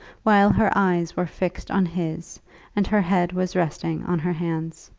while her eyes were fixed on his and her head was resting on her hands.